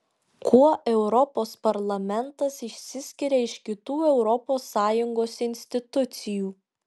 kuo europos parlamentas išsiskiria iš kitų europos sąjungos institucijų